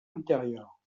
intérieure